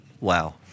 Wow